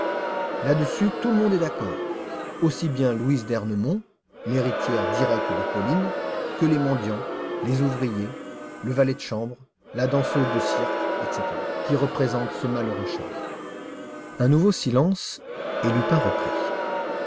là-dessus tout le monde est d'accord aussi bien louise d'ernemont l'héritière directe de pauline que les mendiants les ouvriers le valet de chambre la danseuse de cirque etc qui représentent ce malheureux charles un nouveau silence et lupin reprit